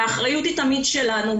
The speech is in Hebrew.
ואחריות היא תמיד שלנו.